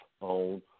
On